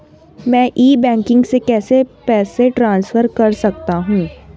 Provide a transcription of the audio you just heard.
मैं e banking से पैसे कैसे ट्रांसफर कर सकता हूं?